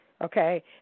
okay